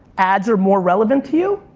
ads are more relevant to you?